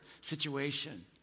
situation